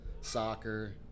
soccer